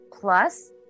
plus